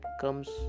comes